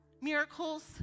Miracles